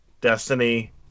Destiny